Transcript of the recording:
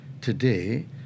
Today